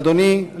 אדוני,